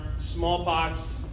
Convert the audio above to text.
smallpox